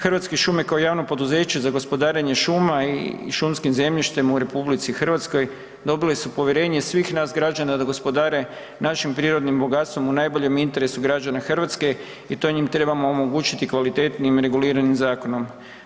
Hrvatske šume kao javno poduzeće za gospodarenje šuma i šumskim zemljištem u RH dobile su povjerenje svih nas građana da gospodare našim prirodnim bogatstvom u najboljem interesu građana Hrvatske i to njima trebamo omogućiti kvalitetnijim reguliranim zakonom.